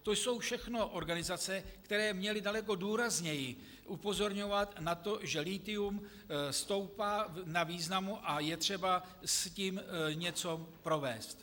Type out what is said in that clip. To jsou všechno organizace, které měly daleko důrazněji upozorňovat na to, že lithium stoupá na významu a je třeba s tím něco provést.